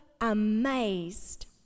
amazed